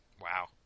Wow